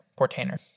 Portainer